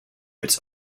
its